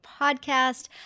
podcast